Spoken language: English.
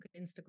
Instagram